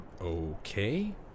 okay